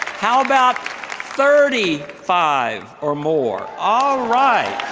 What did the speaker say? how about thirty five or more? all right.